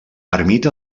ermita